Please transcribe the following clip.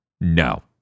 no